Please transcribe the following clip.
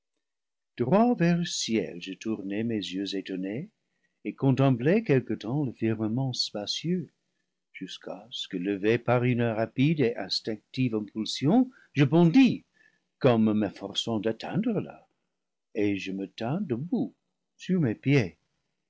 droit vers le ciel je tournai mes yeux étonnés et contemplai quelque temps le firmament spacieux jusqu'à ce que levé par une rapide et instinctive im pulsion je bondis comme m'efforçant d'atteindre là et je me tins debout sur mes pieds